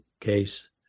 case